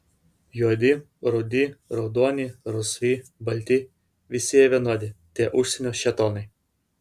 juodi rudi raudoni rausvi balti visi jie vienodi tie užsienio šėtonai